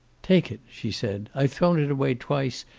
take it! she said. i've thrown it away twice,